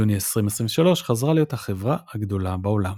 ביוני 2023 חזרה להיות החברה הגדולה בעולם.